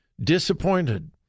disappointed